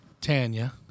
Tanya